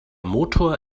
motor